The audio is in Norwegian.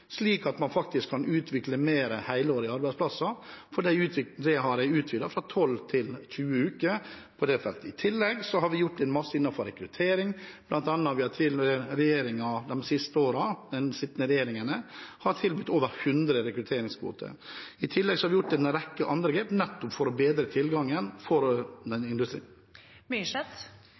slik at man kan utvikle mer helårlige arbeidsplasser. Jeg har utvidet fra 12 til 20 uker på dette feltet. I tillegg har vi gjort mye innenfor rekruttering. Blant annet har den sittende regjeringen de siste årene tildelt over 100 rekrutteringskvoter. I tillegg har vi gjort en rekke andre grep nettopp for å bedre tilgangen for